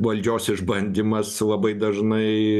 valdžios išbandymas labai dažnai